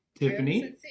Tiffany